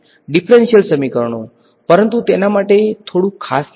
differential સમીકરણો પરંતુ તેના માટે થોડુંક ખાસ નામ